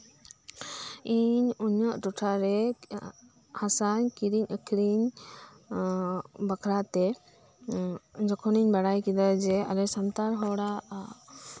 ᱤᱧ ᱩᱱᱟᱹᱜ ᱴᱚᱴᱷᱟ ᱨᱮ ᱦᱟᱥᱟᱧ ᱠᱤᱨᱤᱧ ᱟᱹᱠᱷᱨᱤᱧ ᱮᱫ ᱵᱟᱠᱷᱨᱟ ᱛᱮ ᱡᱚᱠᱷᱚᱱᱤᱧ ᱵᱟᱰᱟᱭ ᱠᱮᱫᱟ ᱡᱮ ᱟᱞᱮ ᱥᱟᱱᱛᱟᱲ ᱦᱚᱲᱟᱜ